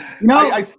No